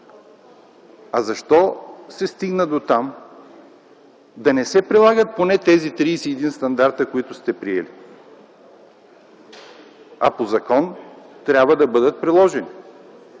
Защо се стигна дотам да не се прилагат поне тези 31 стандарта, които сте приели? По закон трябва да бъдат приложени